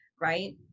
right